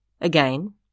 Again